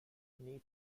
need